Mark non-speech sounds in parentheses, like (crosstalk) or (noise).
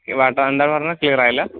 ഈ (unintelligible) പറഞ്ഞാൽ ക്ലിയർ ആയില്ല